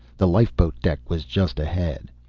the lifeboat deck was just ahead.